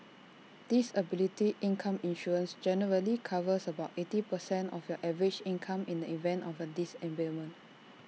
disability income insurance generally covers about eighty percent of your average income in the event of A disablement